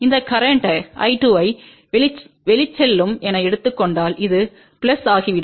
இந்த கரேன்ட் I2ஐ வெளிச்செல்லும் என எடுத்துக் கொண்டால் இது பிளஸ் ஆகிவிடும்